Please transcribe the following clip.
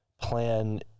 plan